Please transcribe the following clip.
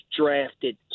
drafted